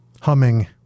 humming